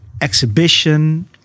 exhibition